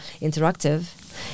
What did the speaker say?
interactive